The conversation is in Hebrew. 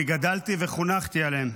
אני גדלתי וחונכתי עליהם.